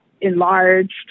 enlarged